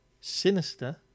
Sinister